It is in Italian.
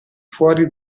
fuori